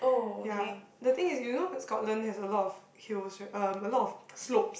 ya the thing is you know Scotland has a lot of hills right um a lot of slopes